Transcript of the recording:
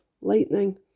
lightning